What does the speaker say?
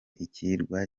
ikirwa